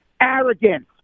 Arrogance